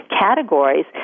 categories